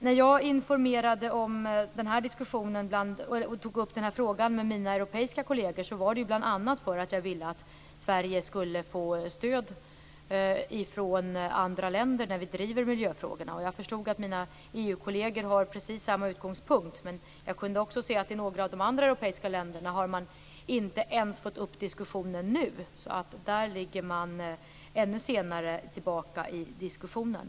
När jag informerade mina europeiska kolleger om denna fråga gjorde jag det bl.a. därför att jag ville att Sverige skulle få stöd från andra länder när vi driver miljöfrågorna. Jag förstod att mina EU-kolleger har precis samma utgångspunkt. Men jag kunde också se att man i några av de andra europeiska länderna inte ens har tagit upp diskussionen nu. Där ligger man alltså ännu längre bak i diskussionen.